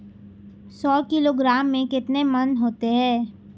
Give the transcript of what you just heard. सौ किलोग्राम में कितने मण होते हैं?